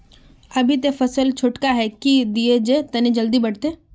अभी ते फसल छोटका है की दिये जे तने जल्दी बढ़ते?